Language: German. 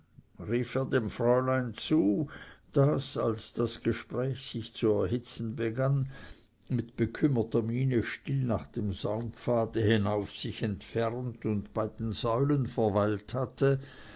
fräulein zu das als das gespräch sich zu erhitzen begann mit bekümmerter miene still nach dem saumpfade hinauf sich entfernt und bei den säulen verweilt hatte